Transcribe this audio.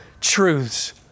truths